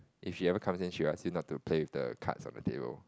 if she ever comes in she will ask you not to play with the cards on the table